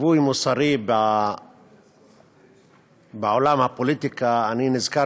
כציווי מוסרי בעולם הפוליטיקה אני נזכר